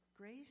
Grace